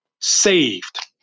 saved